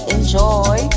Enjoy